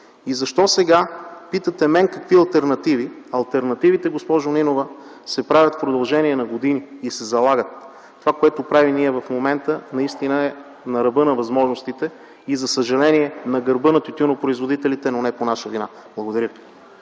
Защо сега питате мен за алтернативи? Алтернативите, госпожо Нинова, се правят в продължение на години и се залагат. Това, което правим ние в момента, наистина е на ръба на възможностите и за съжаление на гърба на тютюнопроизводителите, но не по наша вина. Благодаря.